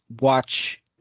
watch